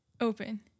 Open